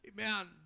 Amen